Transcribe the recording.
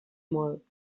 molt